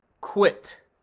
Quit